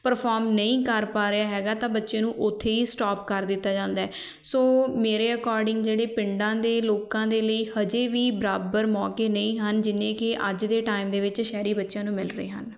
perform ਨਹੀਂ ਕਰ ਪਾ ਰਿਹਾ ਹੈਗਾ ਤਾਂ ਬੱਚੇ ਨੂੰ ਉੱਥੇ ਹੀ ਸਟੋਪ ਕਰ ਦਿੱਤਾ ਜਾਂਦਾ ਸੋ ਮੇਰੇ ਅਕੋਡਿੰਗ ਜਿਹੜੇ ਪਿੰਡਾਂ ਦੇ ਲੋਕਾਂ ਦੇ ਲਈ ਹਜੇ ਵੀ ਬਰਾਬਰ ਮੌਕੇ ਨਹੀਂ ਹਨ ਜਿੰਨੇ ਕਿ ਅੱਜ ਦੇ ਟਾਈਮ ਦੇ ਵਿੱਚ ਸ਼ਹਿਰੀ ਬੱਚਿਆਂ ਨੂੰ ਮਿਲ ਰਹੇ ਹਨ